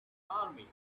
army